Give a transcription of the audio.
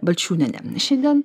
balčiūnienė šiandien